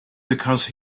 because